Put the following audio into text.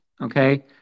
okay